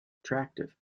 attractive